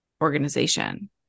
organization